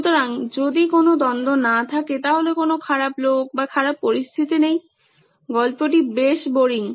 সুতরাং যদি কোনো দ্বন্দ্ব না থাকে তাহলে কোনো খারাপ লোক বা খারাপ পরিস্থিতি নেই গল্পটি বেশ বোরিং